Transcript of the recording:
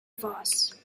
voss